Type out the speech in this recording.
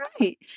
Right